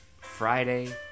Friday